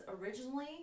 originally